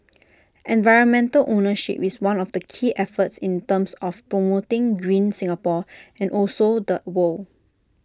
environmental ownership is one of the key efforts in terms of promoting green Singapore and also the world